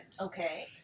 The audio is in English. Okay